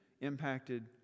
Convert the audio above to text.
impacted